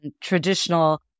traditional